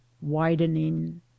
widening